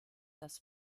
das